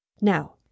Now